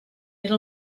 era